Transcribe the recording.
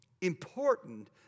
important